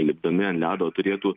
lipdami ant ledo turėtų